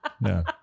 No